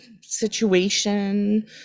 situation